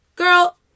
Girl